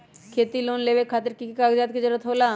खेती लोन लेबे खातिर की की कागजात के जरूरत होला?